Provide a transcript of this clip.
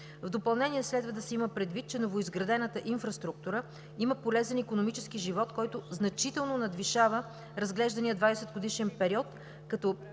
В допълнение следва да се има предвид, че новоизградената инфраструктура има полезен икономически живот, който значително надвишава разглеждания 20-годишен период, като